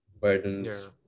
burdens